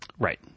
Right